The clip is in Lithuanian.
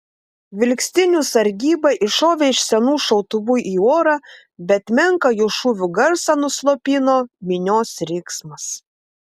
vilkstinių sargyba iššovė iš senų šautuvų į orą bet menką jų šūvių garsą nuslopino minios riksmas